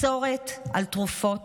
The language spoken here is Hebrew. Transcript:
מסורת על תרופות,